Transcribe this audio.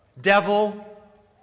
Devil